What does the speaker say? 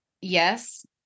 yes